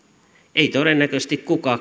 ei todennäköisesti kukaan